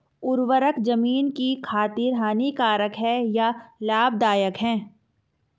उर्वरक ज़मीन की खातिर हानिकारक है या लाभदायक है?